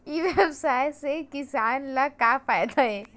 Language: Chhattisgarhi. ई व्यवसाय से किसान ला का फ़ायदा हे?